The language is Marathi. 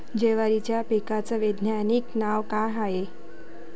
जवारीच्या पिकाचं वैधानिक नाव का हाये?